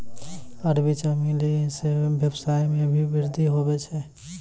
अरबी चमेली से वेवसाय मे भी वृद्धि हुवै छै